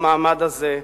במעמד הזה,